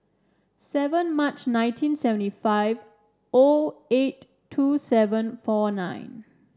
seven March nineteen seventy five O eight two seven four nine